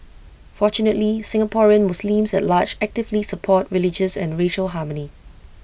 fortunately Singaporean Muslims at large actively support religious and racial harmony